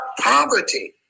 poverty